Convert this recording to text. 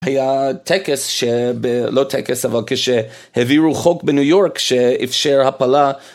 היה טקס ש...לא טקס אבל כשהעבירו חוק בניו יורק שאפשר הפלה.